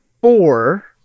four